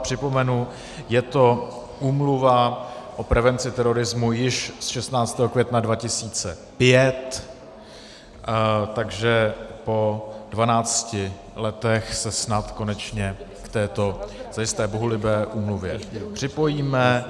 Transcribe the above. Připomenu, je to úmluva o prevenci terorismu již z 16. května 2005, takže po dvanácti letech se snad konečně k této zajisté bohulibé úmluvě připojíme.